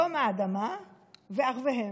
יום האדמה וערביהם,